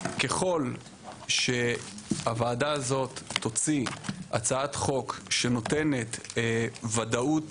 ככל שהוועדה הזאת תוציא הצעת חוק שנותנת ודאות